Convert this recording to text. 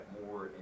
more